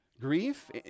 Grief